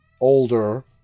older